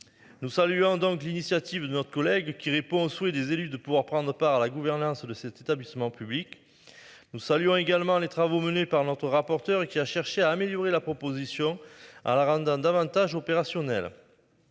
Nous saluons donc l'initiative de notre collègue qui répond aux souhaits des élus de pouvoir prendre part à la gouvernance de cet établissement public. Nous saluons également les travaux menés par notre rapporteur et qui a cherché à améliorer la proposition à la rendant davantage opérationnel.